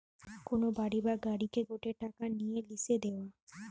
কোন বাড়ি বা গাড়িকে গটে টাকা নিয়ে লিসে দেওয়া